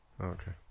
Okay